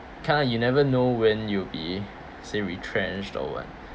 kind of you never know when you'll be say retrenched or what